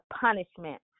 punishment